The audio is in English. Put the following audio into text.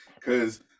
Cause